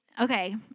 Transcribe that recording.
okay